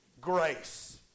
grace